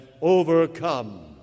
overcome